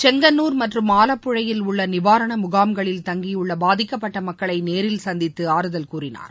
செங்கனூர் மற்றம் ஆழப்புழையில் உள்ள நிவாரண முகாம்களில் தங்கியுள்ள பாதிக்கப்பட்ட மக்களை நேரில் சந்தித்து ஆறுதல் கூறினார்